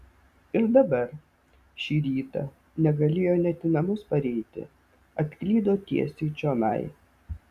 ir dabar šį rytą negalėjo net į namus pareiti atklydo tiesiai čionai